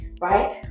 Right